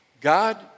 God